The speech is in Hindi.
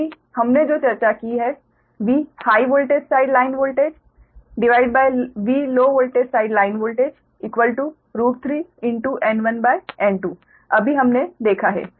अभी हमने जो चर्चा की है V high voltage side line VoltageV low voltage side line Voltage 3N1N2 अभी हमने देखा है